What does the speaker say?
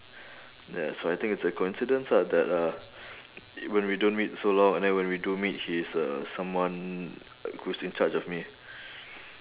ya so I think it's a coincidence ah that uh when we don't meet so long and then when we do meet he's uh someone who's in charge of me